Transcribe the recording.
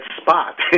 spot